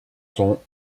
sont